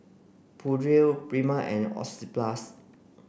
Pureen Prima and Oxyplus